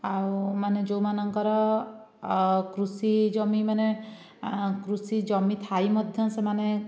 ଆଉ ମାନେ ଯେଉଁମାନଙ୍କର କୃଷି ଜମି ମାନେ କୃଷି ଜମି ଥାଇ ମଧ୍ୟ ସେମାନେ